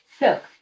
Look